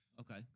Okay